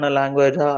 language